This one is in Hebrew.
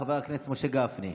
חבר הכנסת משה גפני,